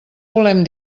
volem